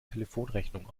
telefonrechnung